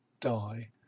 die